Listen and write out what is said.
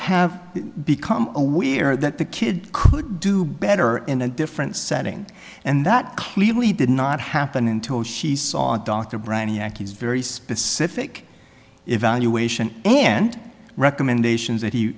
have become aware that the kid could do better in a different setting and that clearly did not happen until she saw a doctor brainiac is very specific evaluation and recommendations that